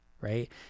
right